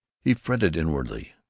he fretted inwardly,